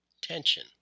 Tension